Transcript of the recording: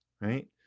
Right